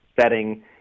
setting